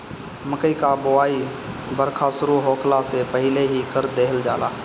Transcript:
मकई कअ बोआई बरखा शुरू होखला से पहिले ही कर देहल जाला